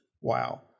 Wow